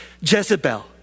Jezebel